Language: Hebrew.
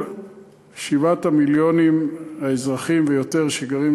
כל 7 מיליון האזרחים ויותר שגרים